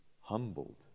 humbled